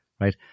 right